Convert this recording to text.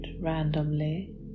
randomly